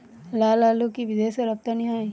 লালআলু কি বিদেশে রপ্তানি হয়?